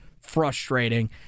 frustrating